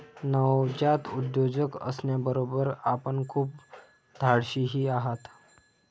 नवजात उद्योजक असण्याबरोबर आपण खूप धाडशीही आहात